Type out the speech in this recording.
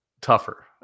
tougher